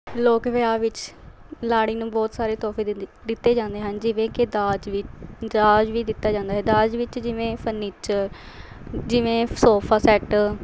ਲੋਕ ਵਿਆਹ ਵਿੱਚ ਲਾੜੀ ਨੂੰ ਬਹੁਤ ਸਾਰੇ ਤੋਹਫੇ ਦਿੱਤੇ ਜਾਂਦੇ ਹਨ ਜਿਵੇਂ ਕਿ ਦਾਜ ਵੀ ਦਾਜ ਵੀ ਦਿੱਤਾ ਜਾਂਦਾ ਹੈ ਦਾਜ ਵਿੱਚ ਜਿਵੇਂ ਫਰਨੀਚਰ ਜਿਵੇਂ ਸੋਫਾ ਸੈੱਟ